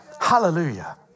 Hallelujah